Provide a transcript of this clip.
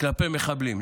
כלפי מחבלים.